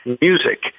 music